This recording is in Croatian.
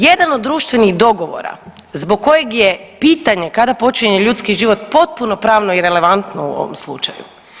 Jedan od društvenih dogovora zbog kojeg je pitanje kada počinje ljudski život potpuno pravno irelevantno u ovoj slučaju.